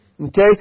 Okay